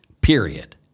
period